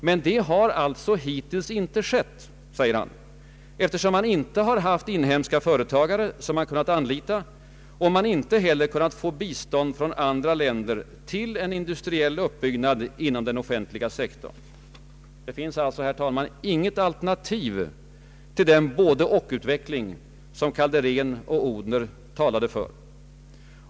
Men det har alltså hittills inte skett”, säger han, ”eftersom man inte haft inhemska företagare som man kunnat anlita, och man inte heller kunnat få bistånd från andra länder till en industriell utbyggnad inom den offentliga sektorn.” Det finns alltså, herr talman, inget alternativ till den både/och-utveckling som Kalderén och Odhner talade för.